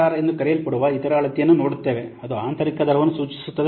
R ಎಂದು ಕರೆಯಲ್ಪಡುವ ಇತರ ಅಳತೆಯನ್ನು ನೋಡುತ್ತೇವೆ ಅದು ಆಂತರಿಕ ದರವನ್ನು ಸೂಚಿಸುತ್ತದೆ